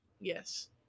yes